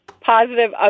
positive